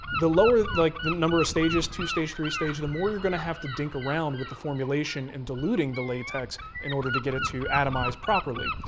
the lower like the number of stages, two stage, three stage, the more you're going to have to dink around with the formulation and diluting the latex in order to get it to atomize properly.